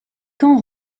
camp